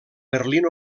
berlín